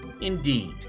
Indeed